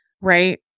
right